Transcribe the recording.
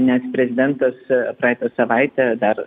nes prezidentas praeitą savaitę dar